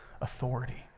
authority